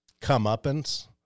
comeuppance